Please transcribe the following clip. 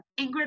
Ingrid